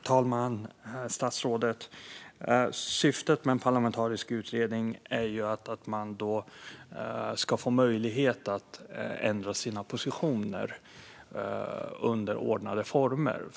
Fru talman! Syftet med en parlamentarisk utredning är att man ska få möjlighet att ändra sina positioner under ordnade former.